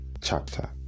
chapter